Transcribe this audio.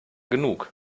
genug